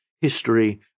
history